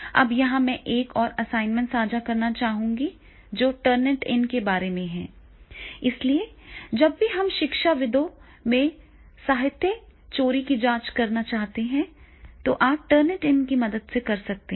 अब यहां मैं एक और असाइनमेंट साझा करना चाहूंगा जो टर्निटिन के बारे में है इसलिए जब भी हम शिक्षाविदों में साहित्यिक चोरी की जाँच करना चाहते हैं तो आप टर्निटिन की मदद से कर सकते हैं